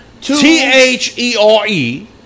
T-H-E-R-E